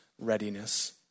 readiness